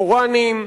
פוראנים.